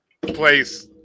place